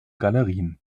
galerien